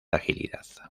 agilidad